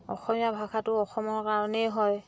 অসমীয়া ভাষাটো অসমৰ কাৰণেই হয়